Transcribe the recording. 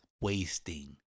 Wasting